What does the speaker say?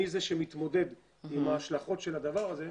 זה שמתמודד עם ההשלכות של הדבר הזה,